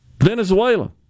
Venezuela